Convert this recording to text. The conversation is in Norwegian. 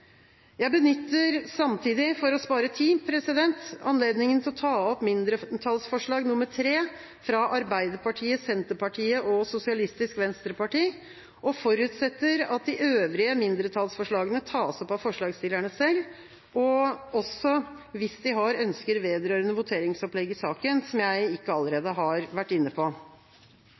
Jeg benytter samtidig – for å spare tid – anledninga til å ta opp mindretallsforslag nr. 3, fra Arbeiderpartiet, Senterpartiet og SV og forutsetter at de øvrige mindretallsforslagene tas opp av forslagsstillerne selv, også hvis de har ønsker vedrørende voteringsopplegget i saken, som jeg ikke allerede har vært inne på.